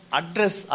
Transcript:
address